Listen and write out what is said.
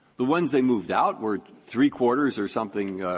the ones they moved out were three-quarters or something